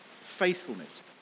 faithfulness